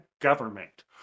government